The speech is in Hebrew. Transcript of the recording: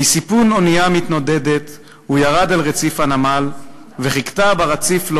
"מסיפון אונייה מתנודדת הוא ירד אל רציף הנמל,/ וחיכתה ברציף לו